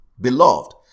Beloved